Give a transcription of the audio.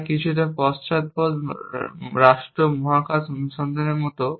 তাই কিছুটা পশ্চাৎপদ রাষ্ট্র মহাকাশ অনুসন্ধানের মতো